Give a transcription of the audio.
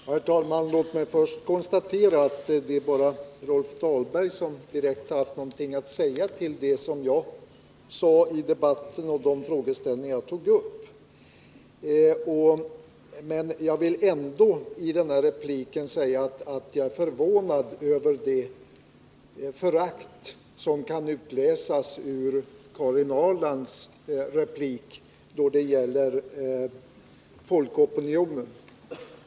Herr talman! Låt mig först konstatera att det bara är Rolf Dahlberg som direkt haft någonting att säga om de frågeställningar jag tog upp i debatten. Men jag vill ändå säga att jag är förvånad över det förakt som kan utläsas ur Karin Ahrlands replik när det gäller folkopinionen.